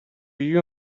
you